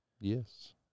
Yes